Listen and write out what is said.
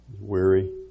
Weary